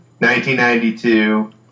1992